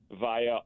via